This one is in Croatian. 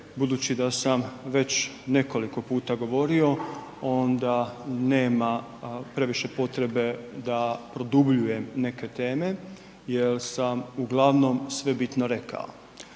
budući da sam već nekoliko puta govorio, onda nema previše potrebe da produbljujem neke teme jel sam uglavnom sve bitno rekao